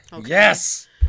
Yes